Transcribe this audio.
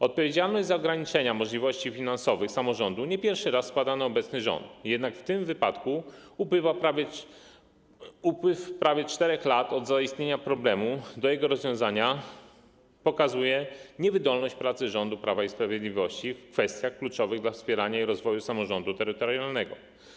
Odpowiedzialność za ograniczenia możliwości finansowych samorządu nie pierwszy raz spada na obecny rząd, jednak w tym wypadku upływają prawie 4 lata od zaistnienia problemu do jego rozwiązania, co pokazuje niewydolność pracy rządu Prawa i Sprawiedliwości w kwestiach kluczowych dla wspierania i rozwoju samorządu terytorialnego.